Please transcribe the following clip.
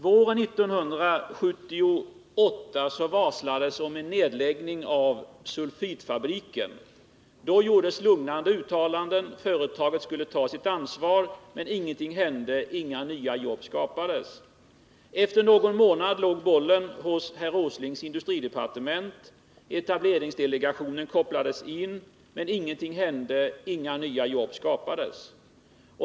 Våren 1978 varslades om nedläggning av sulfitfabriken. Då gjordes ett lugnande uttalande; företaget skulle ta sitt ansvar. Men ingenting hände, inga nya jobb skapades. Efter någon månad låg bollen hos herr Åslings industridepartement. Etableringsdelegationen kopplades in. Men ingenting hände, inga nya jobb skapades.